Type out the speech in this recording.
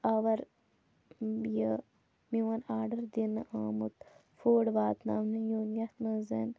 آوَر یہِ میٛون آرڈَر دِنہٕ آمُت فُڈ واتناونہٕ یُن یَتھ منٛز زَن